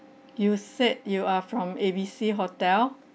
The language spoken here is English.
you said you are from A_B_C hotel